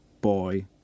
boy